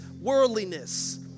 worldliness